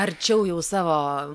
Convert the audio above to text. arčiau jau savo